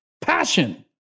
Passion